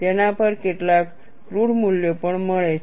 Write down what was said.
તેના પર કેટલાક ક્રૂડ મૂલ્યો પણ મળે છે